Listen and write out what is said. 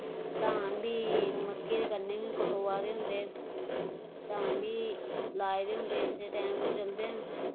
धान बी मक्कें दे कन्नै गै कटोआ दे होंदे धान बी लाए दे होंदे इस्सै टैम पर चलदे न